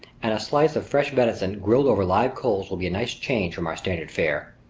and a slice of fresh venison grilled over live coals will be a nice change from our standard fare.